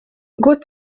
год